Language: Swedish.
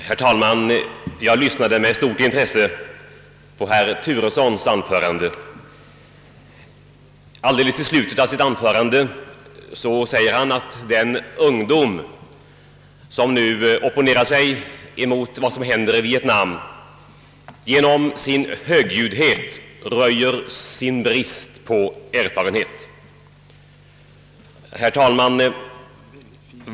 Herr talman! Jag lyssnade med stort intresse på herr Turessons anförande. Mot slutet av det sade han att den ungdom som nu opponerar sig mot vad som händer i Vietnam genom sin högljuddhet röjer sin brist på erfarenhet. Herr talman!